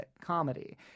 comedy